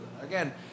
again